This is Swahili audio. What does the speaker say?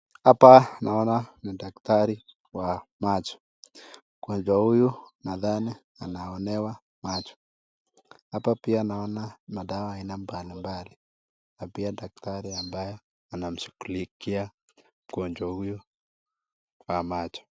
Hapa naona ni daktari wa macho. Mgonjwa huyu nadhani anatibiwa macho. Hapa pia naona madawa aina mbalimbali na pia daktari ambaye anamshughulikia mgonjwa huyu wa macho.